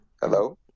Hello